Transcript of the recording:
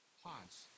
pause